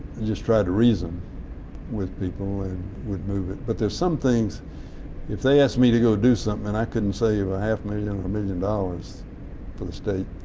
you just tried to reason with people and we'd move it. but there's some things if they asked me to go do it and i couldn't save a half million or a million dollars for the state,